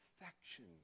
affection